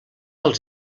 els